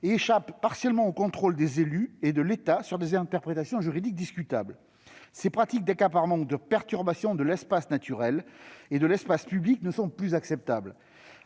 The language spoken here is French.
et échappent partiellement au contrôle des élus et de l'État sur des interprétations juridiques discutables. « Ces pratiques d'accaparement ou de perturbation de l'espace naturel et de l'espace public ne sont plus acceptables.